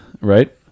Right